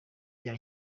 bya